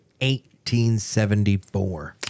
1874